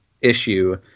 issue